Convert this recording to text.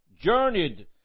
journeyed